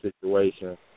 situation